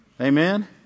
Amen